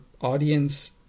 audience